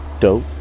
dope